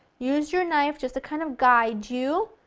use your knife just to kind of guide you.